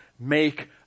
make